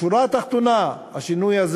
בשורה התחתונה השינוי הזה,